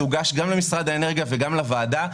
זה הוגש גם למשרד האנרגיה וגם לוועדה,